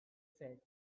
said